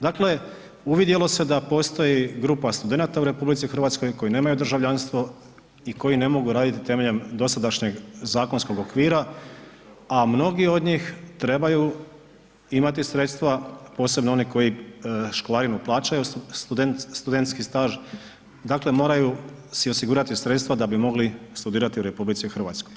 Dakle uvidjelo se da postoji grupa studenata u RH koji nemaju državljanstvo i koji ne mogu raditi temeljem dosadašnjeg zakonskog okvira, a mnogi od njih trebaju imati sredstva posebno oni koji školarinu plaćaju studentski staž, dakle moraju si osigurati sredstva da bi mogli studirati u RH.